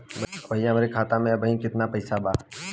भईया हमरे खाता में अबहीं केतना पैसा बा?